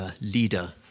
leader